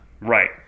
Right